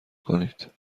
کنید